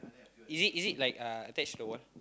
is it is it like uh attached to the wall